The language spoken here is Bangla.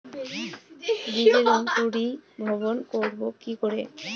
বীজের অঙ্কুরিভবন করব কি করে?